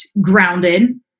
grounded